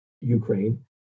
Ukraine